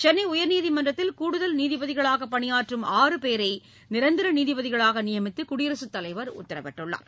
சென்னை உயர்நீதிமன்றத்தில் கூடுதல் நீதிபதிகளாகப் பணியாற்றும் ஆறுபேரை நிரந்தர நீதிபதிகளாக நியமித்து குடியரசு தலைவர் உத்தரவிட்டுள்ளார்